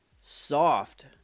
soft